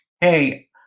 hey